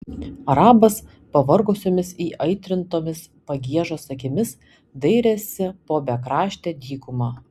arabas pavargusiomis įaitrintomis pagiežos akimis dairėsi po bekraštę dykumą